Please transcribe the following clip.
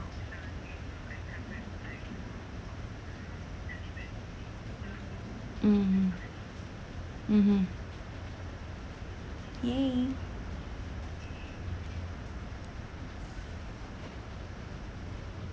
mmhmm mmhmm !yay!